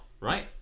right